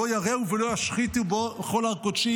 "לא יָרֵעוּ ולא ישחיתו בכל הר קָדְשי